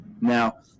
now